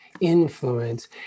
influence